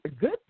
good